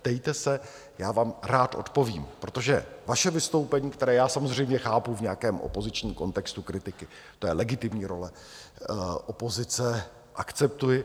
Ptejte se, já vám rád odpovím, protože vaše vystoupení které samozřejmě chápu v nějakém opozičním kontextu kritiky, to je legitimní role opozice akceptuji.